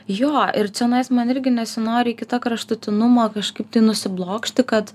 jo ir čionais man irgi nesinori į kitą kraštutinumą kažkaip tai nusiblokšti kad